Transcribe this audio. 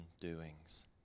doings